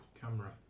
camera